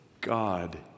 God